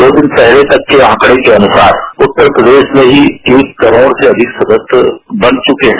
दो दिन पहले तक के आंकडे के अनुसार उत्तर प्रदेश में ही एक करोड से भी अधिक सदस्य बन चुके हैं